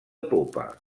popa